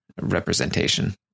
representation